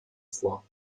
vor